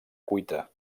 cuita